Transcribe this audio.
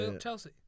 Chelsea